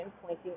pointing